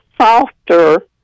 softer